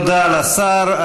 תודה לשר.